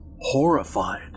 horrified